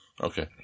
okay